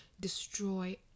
destroy